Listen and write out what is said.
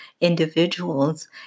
individuals